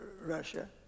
Russia